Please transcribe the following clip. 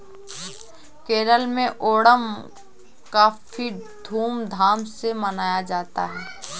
केरल में ओणम काफी धूम धाम से मनाया जाता है